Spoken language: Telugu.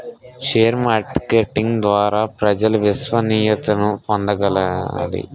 షేర్ మార్కెటింగ్ ద్వారా ప్రజలు విశ్వసనీయతను పొందగలగాలి